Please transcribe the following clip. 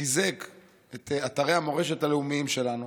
חיזק את אתרי המורשת הלאומיים שלנו,